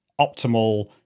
optimal